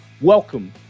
welcome